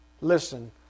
listen